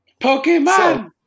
Pokemon